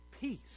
peace